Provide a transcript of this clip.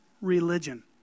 religion